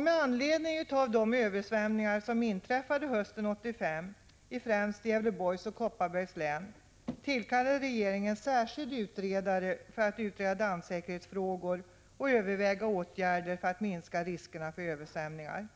Med anledning av de översvämningar som inträffade hösten 1985 i främst Gävleborgs län och Kopparbergs län tillkallade regeringen en särskild utredare för att utreda dammsäkerhetsfrågor och överväga åtgärder för att minska riskerna för översvämningar.